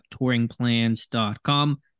touringplans.com